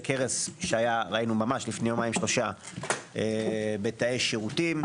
קרס שראינו לפני יומיים שלושה בתאי שירותים,